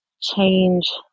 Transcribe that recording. change